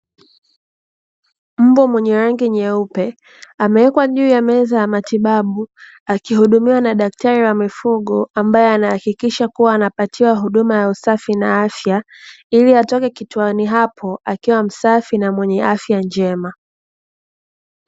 Mbwa mwenye rangi nyeupe amewekwa juu ya meza ya matibabu, akihudumiwa na daktari wa mifugo ambaye anahakikisha kuwa anapatiwa huduma ya usafi na afya, ili atoke kituoni hapo akiwa msafi na mwenye afya njema.